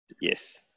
Yes